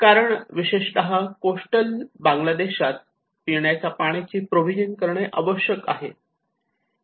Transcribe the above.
कारण विशेषतः कोस्टल बांगलादेशात पिण्याच्या पाण्याची प्रोविजन करणे आवश्यक आहे